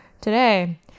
today